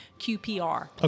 QPR